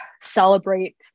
celebrate